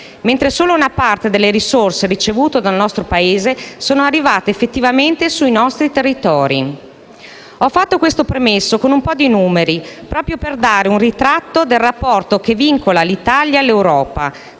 mentre solo una parte delle risorse ricevute dal nostro Paese è arrivata effettivamente sui nostri territori. Ho fatto queste premesse con un po' di numeri proprio per dare un ritratto del rapporto che vincola l'Italia all'Europa,